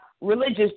religious